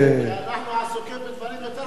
כי אנחנו עסוקים בדברים יותר חשובים.